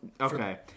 Okay